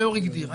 והיו"ר הגדיר,